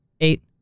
Eight